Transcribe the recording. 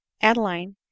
Adeline